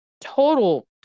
total